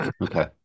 Okay